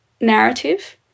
narrative